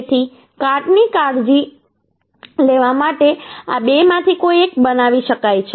તેથી કાટની કાળજી લેવા માટે આ બેમાંથી કોઈ એક બનાવી શકાય છે